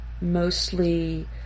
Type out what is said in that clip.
mostly